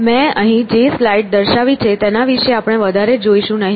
મેં અહીં જે સ્લાઈડ દર્શાવી છે તેના વિશે આપણે વધારે જોઈશું નહીં